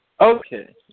Okay